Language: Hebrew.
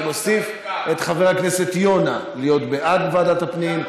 אני מוסיף את חבר הכנסת יונה בעד ועדת הפנים,